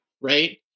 right